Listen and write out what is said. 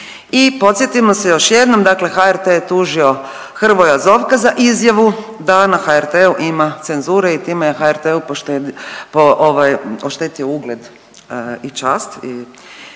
I podsjetimo se još jednom dakle HRT je tužio Hrvoja Zovka za izjavu da na HRT-u ima cenzure i time je HRT-u oštetio ugled i čast i